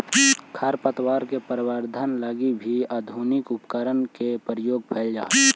खरपतवार के प्रबंधन लगी भी आधुनिक उपकरण के प्रयोग कैल जा हइ